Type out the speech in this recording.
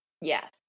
Yes